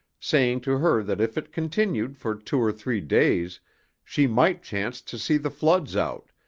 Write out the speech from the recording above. saying to her that if it continued for two or three days she might chance to see the floods out,